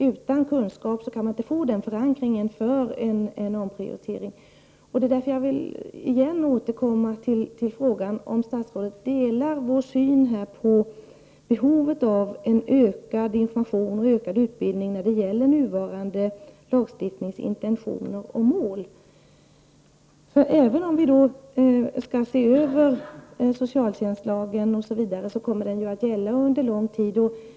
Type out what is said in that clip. Utan kunskap går det inte att få en förankring för en omprioritering. Jag vill därför återigen fråga om statsrådet delar vår syn på behovet av en ökad omfattning av information och utbildning när det gäller den nuvarande lagstiftningens intentioner och mål. Även om socialtjänstlagen skall ses över kommer den att gälla under en lång tid framöver.